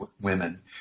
women